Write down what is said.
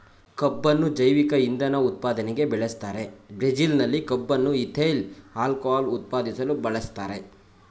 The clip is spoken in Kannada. ಕಬ್ಬುನ್ನು ಜೈವಿಕ ಇಂಧನ ಉತ್ಪಾದನೆಗೆ ಬೆಳೆಸ್ತಾರೆ ಬ್ರೆಜಿಲ್ನಲ್ಲಿ ಕಬ್ಬನ್ನು ಈಥೈಲ್ ಆಲ್ಕೋಹಾಲ್ ಉತ್ಪಾದಿಸಲು ಬಳಸ್ತಾರೆ